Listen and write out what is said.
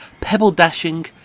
pebble-dashing